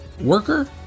worker